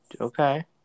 Okay